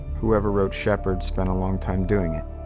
whoever wrote shepherd spent a long time doing it.